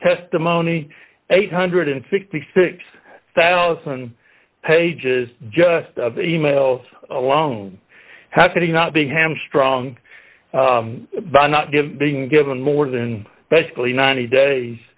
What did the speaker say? testimony eight hundred and sixty six thousand pages just of the e mails alone how could he not be ham strong by not giving given more than basically ninety days